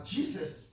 Jesus